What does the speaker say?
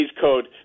Code